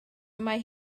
mae